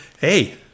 hey